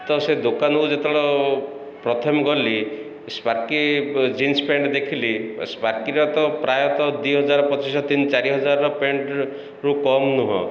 ତ ସେ ଦୋକାନକୁ ଯେତେବେଳେ ପ୍ରଥମେ ଗଲି ସ୍ପାର୍କି ଜିନ୍ସ ପ୍ୟାଣ୍ଟ ଦେଖିଲି ସ୍ପାର୍କିର ତ ପ୍ରାୟତଃ ଦୁଇ ହଜାର ପଚିଶ ତିନି ଚାରି ହଜାରର ପ୍ୟାଣ୍ଟରୁ କମ୍ ନୁହଁ